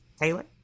Taylor